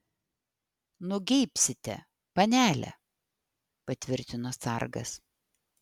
nugeibsite panele patvirtino sargas